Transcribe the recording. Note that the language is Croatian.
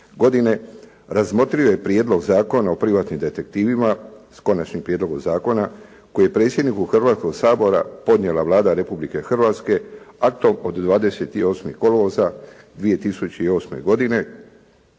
godine razmotrio je Prijedlog zakona o privatnim detektivima, sa konačnim prijedlogom zakona kojeg je predsjedniku Hrvatskoga sabora podnijela Vlada Republike Hrvatske aktom od 28. kolovoza 2008. godine